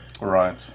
right